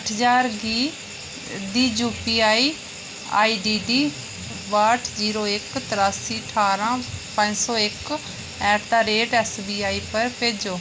अट्ठ ज्हार गी दी यूपीआई आईडीडी बाट्ठ जीरो इक तरासी ठारां पंज सौ इक ऐट दा रेट ऐस बी आई पर भेजो